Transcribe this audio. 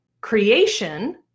creation